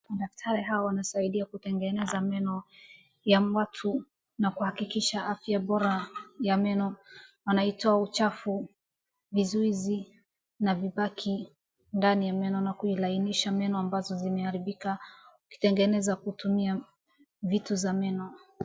Daktari hawa wanasaidia kutengeneza meno ya watu na kuhakikisha afya bora ya meno, wanaitoa uchafu, vizuri na vibaki ndani ya meno na kuilainisha meno ambazo zimeharibika wakitengeneza kutumia vitu za meno.